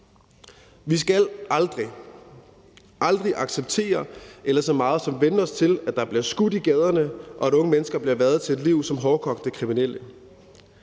– aldrig – acceptere eller så meget som vænne os til, at der bliver skudt i gaderne, og at unge mennesker bliver hvervet til et liv som hårdkogte kriminelle.